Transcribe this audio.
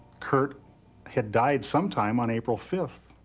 kurt had died sometime on april fifth,